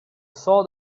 saw